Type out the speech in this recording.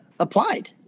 Applied